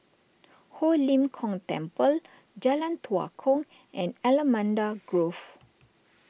Ho Lim Kong Temple Jalan Tua Kong and Allamanda Grove